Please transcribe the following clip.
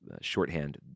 shorthand